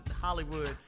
Hollywood